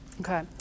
Okay